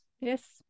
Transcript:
yes